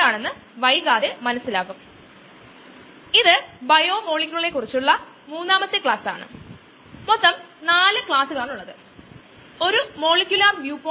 മറ്റൊരു വിധത്തിൽ പറഞ്ഞാൽ സ്കീം റിയാക്ഷൻ സ്കീം ഇതുപോലെയാണ് സബ്സ്ട്രേറ്റ് പ്ലസ് എൻസൈം പരസ്പരം ബൈന്റ് ചെയ്തു നമുക്ക് എൻസൈം സബ്സ്ട്രേറ്റ് കോംപ്ലക്സ് നൽകുന്നു